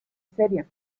seria